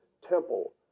temple